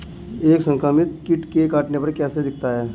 एक संक्रमित कीट के काटने पर कैसा दिखता है?